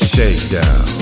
Shakedown